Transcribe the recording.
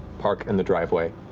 park in the driveway.